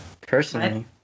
personally